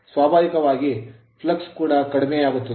ಸ್ವಾಭಾವಿಕವಾಗಿ flux flux ಕೂಡ ಕಡಿಮೆಯಾಗುತ್ತದೆ